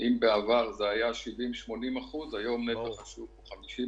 אם בעבר זה היה 70%-80%, היום נטו הוא כ-50%.